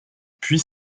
puis